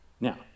Now